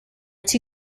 two